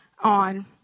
on